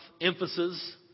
emphasis